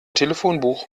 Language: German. telefonbuch